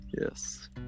Yes